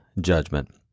judgment